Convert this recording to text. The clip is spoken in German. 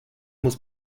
muss